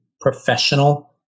professional